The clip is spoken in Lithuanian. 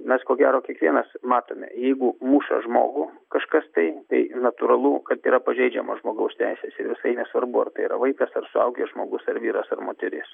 mes ko gero kiekvienas matome jeigu muša žmogų kažkas tai tai natūralu kad yra pažeidžiamos žmogaus teisės ir visai nesvarbu ar tai yra vaikas ar suaugęs žmogus ar vyras ar moteris